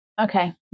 okay